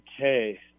okay